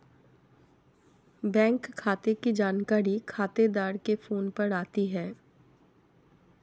bank खाते की जानकारी खातेदार के फोन पर आती है